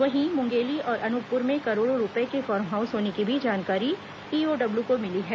वहीं मुंगेली और अनूपपुर में करोड़ों रूपये के फॉर्म हाउस होने की भी जानकारी ईओडब्ल्यू को मिली है